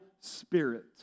spirit